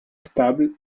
stable